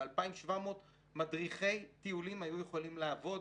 ו-2,700 מדריכי טיולים היו יכולים לעבוד,